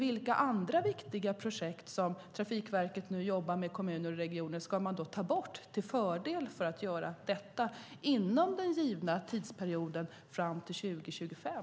Vilka andra viktiga projekt som Trafikverket jobbar med tillsammans med kommuner och regioner ska tas bort till fördel för att göra detta inom den givna tidsperioden fram till 2025?